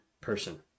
person